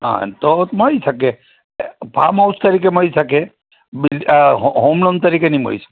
હાં તો મળી શકે ફાર્મ હાઉસ તરીકે મળી શકે બીજું હોમ લોન તરીકે ની મળી શકે